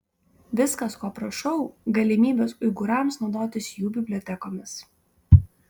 viskas ko prašau galimybės uigūrams naudotis jų bibliotekomis